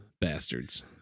bastards